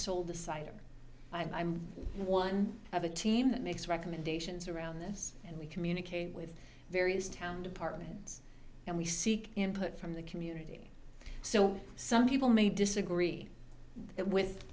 decider i'm one of a team that makes recommendations around this and we communicate with various town departments and we seek input from the community so some people may disagree with